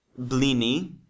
blini